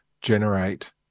generate